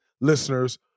listeners